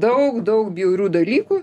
daug daug bjaurių dalykų